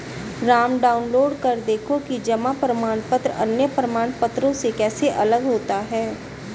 Ram download कर देखो कि जमा प्रमाण पत्र अन्य प्रमाण पत्रों से कैसे अलग होता है?